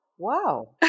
Wow